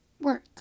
work